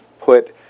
put